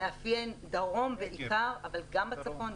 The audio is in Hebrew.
מאפיין דרום בעיקר אבל גם בצפון,